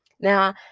now